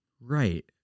Right